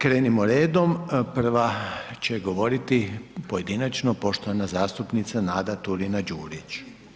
Krenimo redom, prvo će govorit pojedinačno, poštovana zastupnica Nada Turina Đurić.